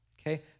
Okay